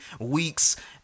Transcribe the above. Weeks